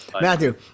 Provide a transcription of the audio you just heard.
Matthew